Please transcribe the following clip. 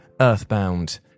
Earthbound